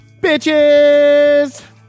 bitches